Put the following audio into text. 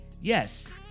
yes